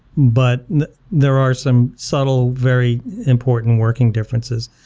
but there are some subtle very important working differences.